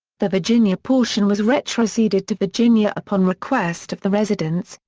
the virginia portion was retroceded to virginia upon request of the residents,